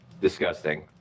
disgusting